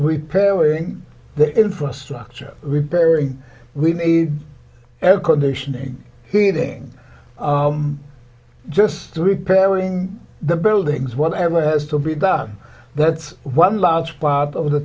we paring the infrastructure repairing we need air conditioning heating just repairing the buildings whatever has to be done that's one large part of the